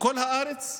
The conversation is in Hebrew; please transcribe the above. בכל הארץ,